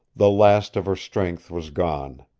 the last of her strength was gone.